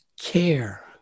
care